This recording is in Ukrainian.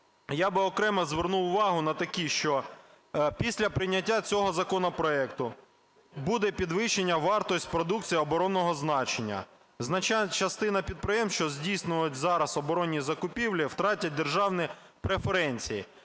Я би окремо звернув увагу на такі, що після прийняття цього законопроекту буде підвищена вартість продукції оборонного значення, значна частина підприємств, що здійснюють зараз оборонні закупівлі, втратять державні преференції.